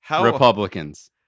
Republicans